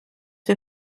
wir